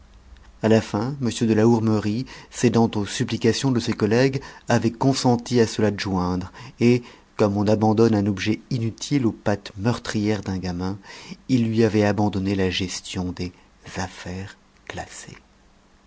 à la fin m de la hourmerie cédant aux supplications de ses collègues avait consenti à se l'adjoindre et comme on abandonne un objet inutile aux pattes meurtrières d'un gamin il lui avait abandonné la gestion des affaires classées